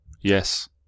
Yes